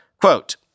Quote